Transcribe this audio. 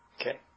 Okay